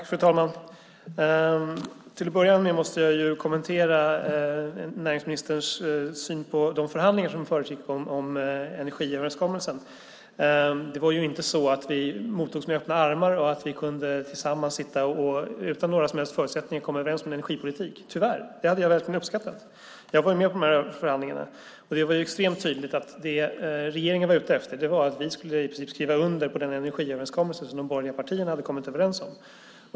Fru talman! Till att börja med måste jag kommentera näringsministerns syn på förhandlingarna om energiöverenskommelsen. Det var inte så att vi mottogs med öppna armar och att vi tillsammans, utan några som helst förutsättningar, kunde sitta tillsammans och komma överens om energipolitiken - tyvärr. Det hade jag verkligen uppskattat. Jag var med vid dessa förhandlingar. Det var extremt tydligt att det som regeringen var ute efter var att vi i princip skulle skriva under den energiöverenskommelse som de borgerliga partierna hade kommit överens om.